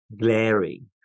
Glaring